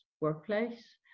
workplace